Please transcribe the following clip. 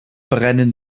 brennen